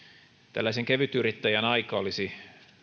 tällaisen kevytyrittäjän aika olisi